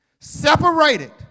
separated